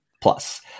plus